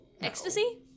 Ecstasy